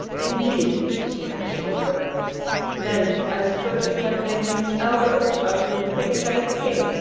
indeed! sneered the soldier then, i suppose you have named him albert after your pig-headed king!